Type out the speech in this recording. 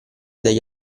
dagli